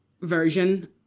version